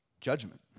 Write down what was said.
judgment